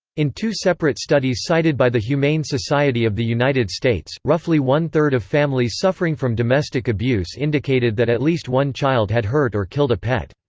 in two separate studies cited by the humane society of the united states, roughly one-third of families suffering from domestic abuse indicated that at least one child had hurt or killed a pet.